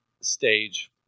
stage